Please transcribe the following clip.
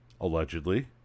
allegedly